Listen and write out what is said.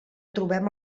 trobem